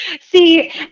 See